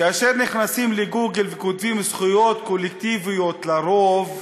כאשר נכנסים לגוגל וכותבים "זכויות קולקטיביות לרוב",